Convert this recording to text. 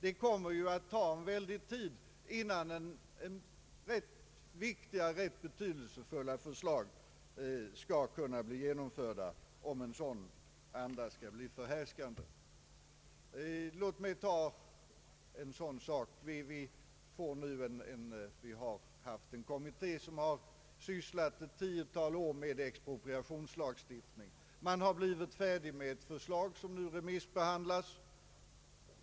Det tar ju en väldig tid innan vettiga och betydelsefulla förslag kan genomföras, om en sådan anda blir förhärskande. Låt mig ta ett exempel. En kommitté har i ett tiotal år sysslat med expropriationslagstiftningen. Den har blivit färdig med ett förslag, som nu remissbehandlas.